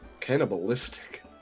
Cannibalistic